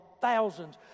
thousands